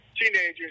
teenagers